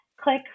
click